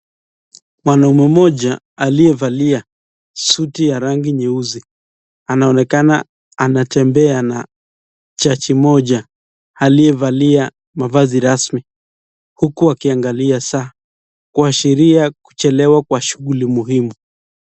Mwanaume mmoja aliyevalia suti ya rangi nyeusi anaonekana anatembea na jaji mmoja aliyevalia mavazi rasmi huku akiangalia saa kuashiria kuchelewa kwa shughuli muhimu.